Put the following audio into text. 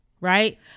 right